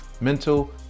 mental